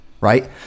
right